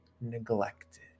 neglected